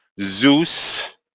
Zeus